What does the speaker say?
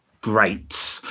greats